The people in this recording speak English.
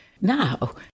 Now